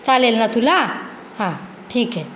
चालेल हा तुला हां ठीक आहे